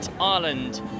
ireland